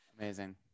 Amazing